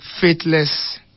faithless